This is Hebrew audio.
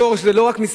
ולא על העוני עצמו.